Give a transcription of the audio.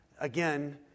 again